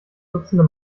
dutzende